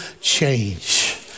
change